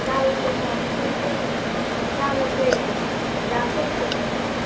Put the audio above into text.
चामल किन्नु आएको थिएँ चामल चाहिँ दाम कति कतिको छ